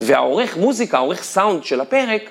והעורך מוזיקה, העורך סאונד של הפרק